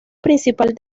principal